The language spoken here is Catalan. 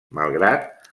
malgrat